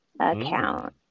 account